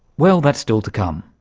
well, that's still to come.